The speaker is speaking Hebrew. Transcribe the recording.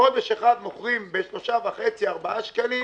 חודש אחד מוכרים ב-4-3.5 שקלים,